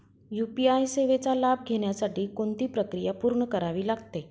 UPI सेवेचा लाभ घेण्यासाठी कोणती प्रक्रिया पूर्ण करावी लागते?